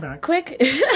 quick